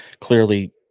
Clearly